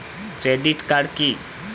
Credit card কি?